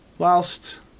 Whilst